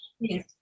yes